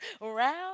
round